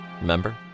Remember